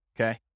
Okay